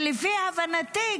ולפי הבנתי,